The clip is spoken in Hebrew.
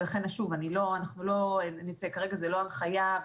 ולכן, שוב, כרגע זו לא הנחייה.